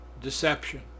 deception